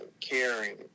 caring